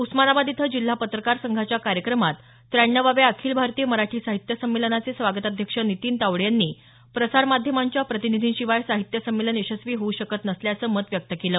उस्मानाबाद इथं जिल्हा पत्रकार संघाच्या कार्यक्रमात त्र्याण्णवाव्या अखिल भारतीय मराठी साहित्य संमलनाचे स्वागताध्यक्ष नितीन तावडे यांनी प्रसारमाध्यमांच्या प्रतिनिधींशिवाय साहित्य संमेलन यशस्वी होऊ शकत नसल्याचं मत व्यक्त केलं